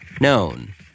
known